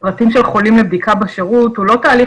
פרטים של חולים לבדיקה בשירות הוא לא תהליך